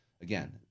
again